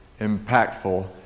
impactful